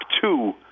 two